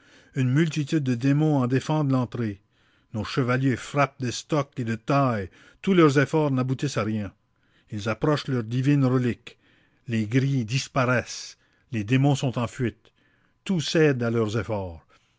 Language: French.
une multitude de démons en défendent l'entrée nos chevaliers frappent d'estoc et de taille tous leurs efforts n'aboutissent à rien ils approchent leur divine relique les grilles disparaissent les démons sont en fuite tout cède à leurs efforts